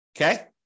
Okay